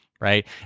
right